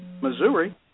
Missouri